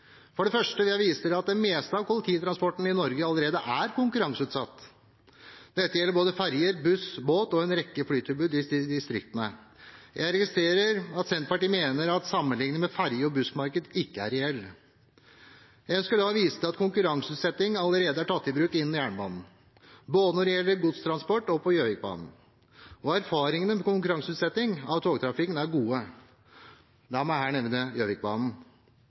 For det første vil jeg vise til at det meste av kollektivtrafikken i Norge allerede er konkurranseutsatt. Dette gjelder både ferjer, buss, båt og en rekke flytilbud i distriktene. Jeg registrerer at Senterpartiet mener at sammenligning med ferge- og bussmarkedet ikke er reell. Jeg ønsker da å vise til at konkurranseutsetting allerede er tatt i bruk innen jernbanen, både når det gjelder godstransport og på Gjøvikbanen. Og erfaringene med konkurranseutsetting av togtrafikken er gode. La meg her nevne Gjøvikbanen.